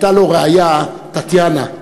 והייתה לו רעיה, טטיאנה,